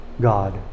God